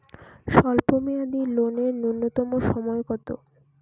স্বল্প মেয়াদী লোন এর নূন্যতম সময় কতো?